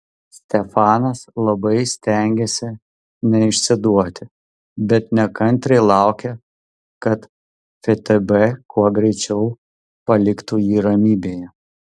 stefanas labai stengėsi neišsiduoti bet nekantriai laukė kad ftb kuo greičiau paliktų jį ramybėje